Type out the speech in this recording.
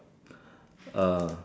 uh